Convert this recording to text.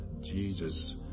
Jesus